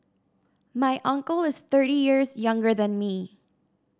my uncle is thirty years younger than me